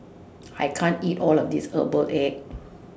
I can't eat All of This Herbal Egg